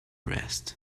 rest